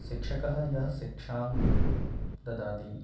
शिक्षकः यः शिक्षां ददाति